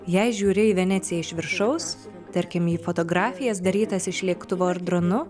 jei žiūri į veneciją iš viršaus tarkim į fotografijas darytas iš lėktuvo ar dronu